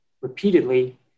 repeatedly